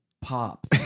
pop